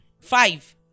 Five